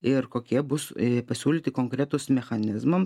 ir kokie bus pasiūlyti konkretūs mechanizmam